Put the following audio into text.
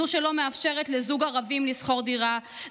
זו שלא מאפשרת לזוג ערבים לשכור דירה,